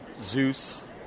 Zeus